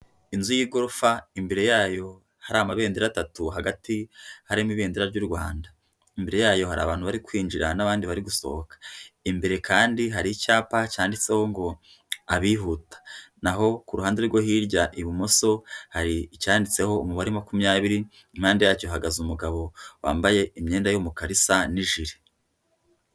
Inzu y'igorofa imbere yayo hari amabendera atatu hagati harimo ibendera ry'u Rwanda, imbere yayo hari abantu bari kwinjira n'abandi bari gusohoka, imbere kandi hari icyapa cyanditseho ngo abihuta na ho ku ruhande rwo hirya ibumoso hari icyanditseho umubare makumyabiri, impande yacyo hahagaze umugabo wambaye imyenda y'umukara isa n'ijiri.